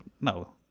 no